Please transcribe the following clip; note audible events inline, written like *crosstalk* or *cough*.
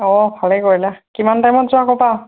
অঁ ভালেই কৰিলা কিমান টাইমত যোৱা *unintelligible*